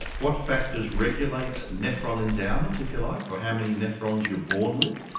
what factors regulate nephron endowment, if you like, or how many nephrons you're born with?